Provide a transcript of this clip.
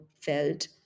felt